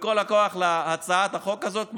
בכל הכוח להצעת החוק הזאת,